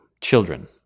children